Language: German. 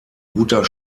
guter